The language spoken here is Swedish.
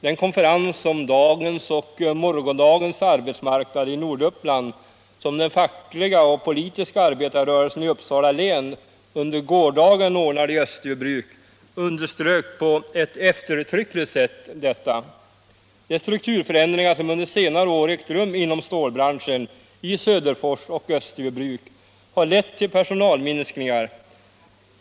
Den konferens om dagens och morgondagens arbetsmarknad i Norduppland som den fackliga och politiska arbetarrörelsen i Uppsala län under gårdagen ordnade i Österbybruk underströk på ett eftertryckligt sätt detta. De strukturförändringar som under senare år ägt rum inom stålbranschen i Söderfors och Österbybruk har lett till personalminskningar.